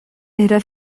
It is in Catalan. era